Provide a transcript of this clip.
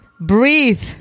breathe